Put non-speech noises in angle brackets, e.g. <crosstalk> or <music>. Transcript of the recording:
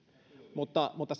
mutta mutta <unintelligible>